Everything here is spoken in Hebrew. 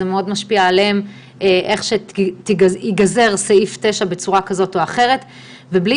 התשפ"א-2021 - סעיף 9 לחוק (תשלום חודשי